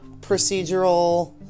procedural